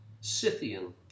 Scythian